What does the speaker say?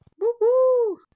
Woo-hoo